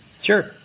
Sure